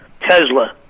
Tesla